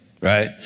right